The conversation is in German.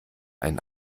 einen